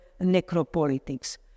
necropolitics